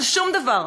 אבל שום דבר.